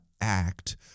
act